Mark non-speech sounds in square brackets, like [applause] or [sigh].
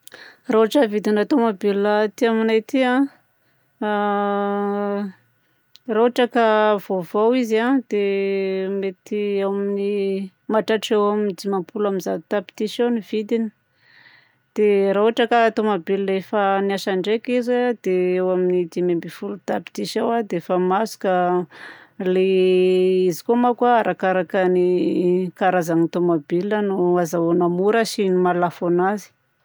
Raha ôtran'ny vidina tômôbile aty aminay aty a, [hesitation] raha ohatra ka vaovao izy a, dia mety eo amin'ny, mahatratra eo amin'ny dimampolo amby zato tapitrisa eo ny vidiny. Dia raha ohatra ka tomobile efa niasa ndraika izy a, dia eo amin'ny dimy ambin'ny folo tapitrisa eo dia efa mahazo ka lay izy koa manko arakaraka ny karazagna tomobile no azahoagna mora sy ny maha lafo anazy.